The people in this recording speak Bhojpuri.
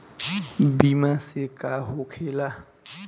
बीमा से का होखेला?